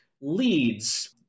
leads